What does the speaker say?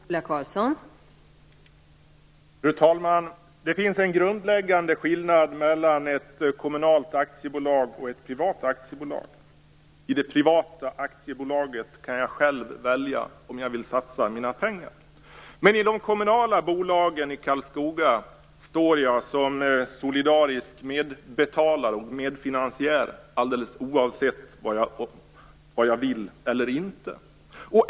Fru talman! Det finns en grundläggande skillnad mellan ett kommunalt aktiebolag och ett privat aktiebolag. När det gäller privata aktiebolag kan jag själv välja om jag vill satsa mina pengar. Men i de kommunala bolagen i Karlskoga står jag som solidarisk medbetalare och medfinansiär alldeles oavsett om jag vill eller inte.